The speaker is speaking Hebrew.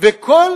ובכל